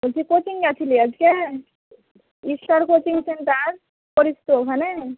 বলছি কোচিং গিয়েছিলি আজকে স্টার কোচিং সেন্টার পড়িস তো ওখানে